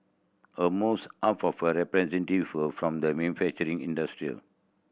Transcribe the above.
almost half of a representative were from the manufacturing industry